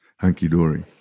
hunky-dory